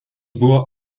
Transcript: buvo